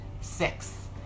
six